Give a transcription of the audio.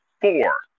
four